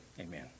Amen